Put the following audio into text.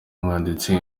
umwanditsi